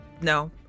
No